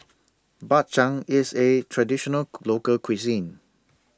Bak Chang IS A Traditional Local Cuisine